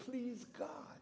please god